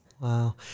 Wow